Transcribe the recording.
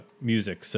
music